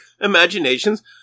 imaginations